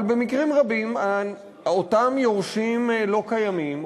אבל במקרים רבים אותם יורשים לא קיימים,